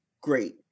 great